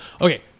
okay